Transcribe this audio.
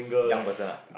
young person ah